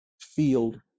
field